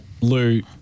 Lou